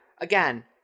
again